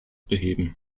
beheben